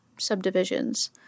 subdivisions